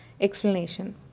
Explanation